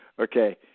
Okay